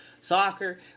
soccer